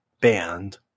band